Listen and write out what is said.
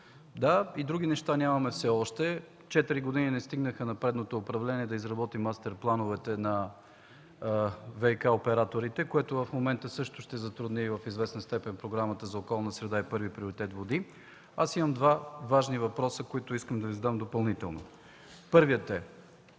да, и други неща нямаме все още. Четири години не стигнаха на предното управление да изработи мастер плановете на ВиК операторите, което в момента също ще затрудни в известна степен Програмата за околна среда и първи приоритет „Води”. Имам два важни въпроса, които искам да Ви задам допълнително. Първият е: